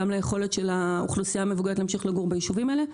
גם ליכולת של האוכלוסייה המבוגרת להמשיך לגור ביישובים האלה.